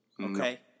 Okay